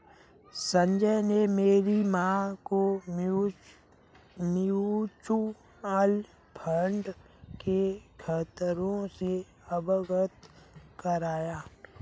संजय ने मेरी मां को म्यूचुअल फंड के खतरों से अवगत कराया